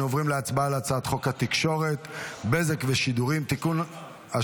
אנחנו עוברים להצבעה על הצעת חוק התקשורת (בזק ושידורים) (תיקון,